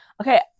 Okay